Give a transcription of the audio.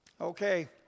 Okay